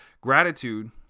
gratitude